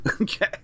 Okay